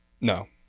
No